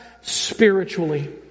spiritually